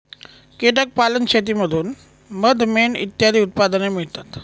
कीटक पालन शेतीतून मध, मेण इत्यादी उत्पादने मिळतात